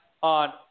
on